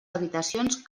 habitacions